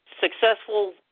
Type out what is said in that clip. successful